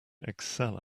excel